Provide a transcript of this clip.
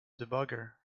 debugger